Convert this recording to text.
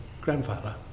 grandfather